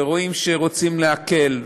ורואים שרוצים להקל,